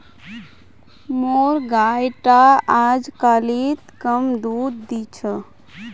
मोर गाय टा अजकालित कम दूध दी छ